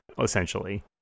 essentially